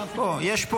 רגע,